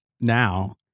now